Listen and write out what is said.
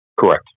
Correct